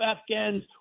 afghans